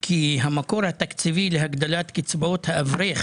כי המקור התקציבי להגדלת קצבאות האברך,